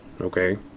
okay